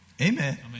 Amen